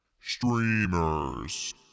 Streamers